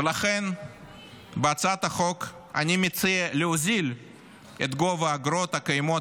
ולכן בהצעת החוק אני מציע להוזיל את האגרות הקיימות